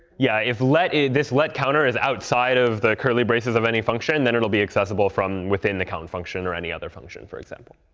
yeah. if this let counter is outside of the curly braces of any function, then it'll be accessible from within the count function or any other function, for example.